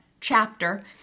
chapter